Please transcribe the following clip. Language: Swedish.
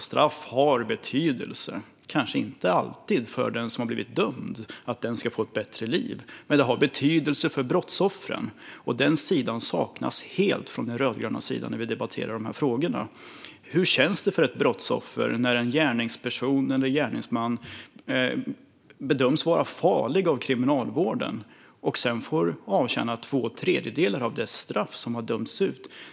Straff har betydelse, kanske inte alltid för den som har blivit dömd - att den ska få ett bättre liv - men det har betydelse för brottsoffren. Denna sida saknas helt hos de rödgröna när vi debatterar dessa frågor. Hur känns det för ett brottsoffer när en gärningsperson eller gärningsman bedöms vara farlig av Kriminalvården och sedan får avtjäna två tredjedelar av det straff som har dömts ut?